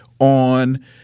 on